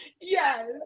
Yes